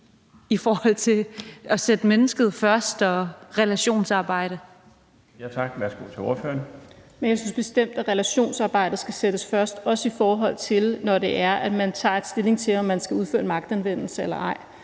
Værsgo til ordføreren. Kl. 19:21 Marlene Harpsøe (DD): Jeg synes bestemt, at relationsarbejdet skal sættes først, også i forhold til når man tager stilling til, om man skal udføre en magtanvendelse eller ej